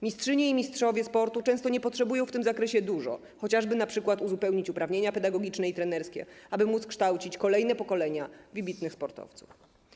Mistrzynie i mistrzowie sportu często nie potrzebują w tym zakresie dużo, chociażby np. uzupełnić uprawnienia pedagogiczne i trenerskie, aby móc kształcić kolejne pokolenia wybitnych sportowców.